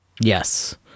yes